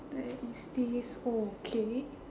there is this okay